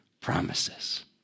promises